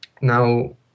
Now